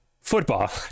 football